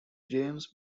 james